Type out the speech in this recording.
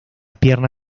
pierna